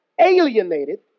alienated